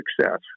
success